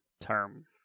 term